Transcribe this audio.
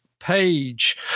Page